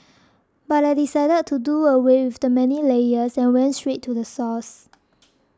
but I decided to do away with the many layers and went straight to the source